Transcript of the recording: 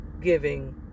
giving